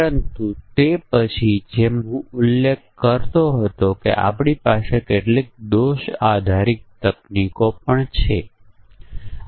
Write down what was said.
નિર્ણય ટેબલ આધારિત પરીક્ષણ અને કારણ અસર ગ્રાફિંગમાં આપણે બધા સંભવિત ઇનપુટ સંયોજનો પર વિચારણા કરી રહ્યા છીએ